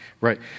right